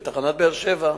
בתחנת באר-שבע,